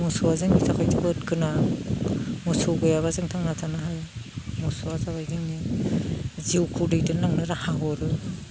मोसौआ जोंनि थाखाय जोबोर गोनां मोसौ गैयाबा जों थांना थानो हाया मोसौआ जाबाय जोंनि जिउखौ दैदेनलांनो राहा हरो